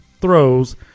throws